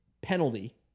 penalty